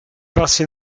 passi